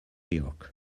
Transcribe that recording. york